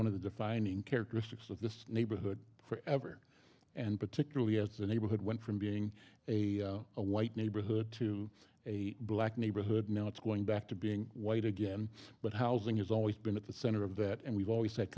one of the defining characteristics of this neighborhood forever and particularly as a neighborhood went from being a a white neighborhood to a black neighborhood now it's going back to being white again but housing has always been at the center of that and we've always had